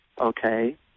Okay